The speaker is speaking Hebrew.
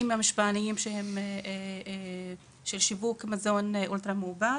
ממשפיענים של שיווק מזון אולטרה מעובד.